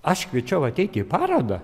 aš kviečiau ateiti į parodą